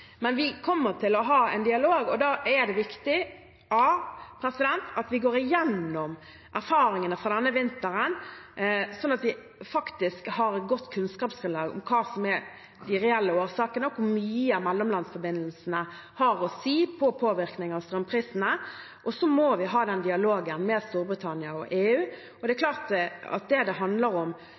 Men vi kommer til å ha en dialog, og da er det for det første viktig at vi går igjennom erfaringene fra denne vinteren, slik at vi faktisk har et godt kunnskapsgrunnlag om hva som er de reelle årsakene, og hvor mye mellomlandsforbindelsene har å si på påvirkningen av strømprisene. Og så må vi ha den dialogen med Storbritannia og EU. Det er klart at det det handler om